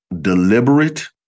deliberate